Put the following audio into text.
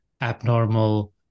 abnormal